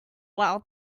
while